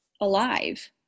alive